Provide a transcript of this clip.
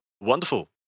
wonderful